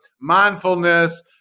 mindfulness